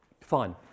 fine